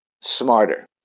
smarter